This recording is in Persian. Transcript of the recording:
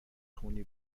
خونی